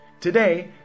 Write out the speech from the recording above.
Today